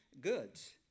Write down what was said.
goods